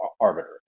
arbiter